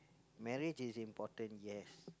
marriage is important yes